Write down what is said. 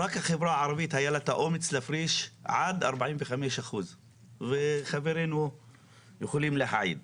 רק החברה הערבית היה לה את האומץ להפריש עד 45% וחברינו יכולים להעיד.